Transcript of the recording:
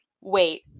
wait